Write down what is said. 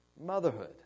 motherhood